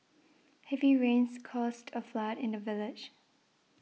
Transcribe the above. heavy rains caused a flood in the village